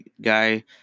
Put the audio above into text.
guy